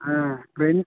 ஆ ரெண்டு